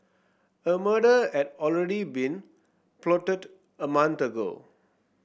a murder had already been plotted a month ago